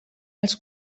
els